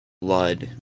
blood